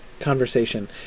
conversation